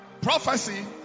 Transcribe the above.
prophecy